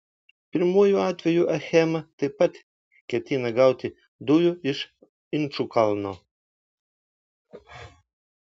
pirmuoju atveju achema taip pat ketina gauti dujų iš inčukalno